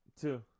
Two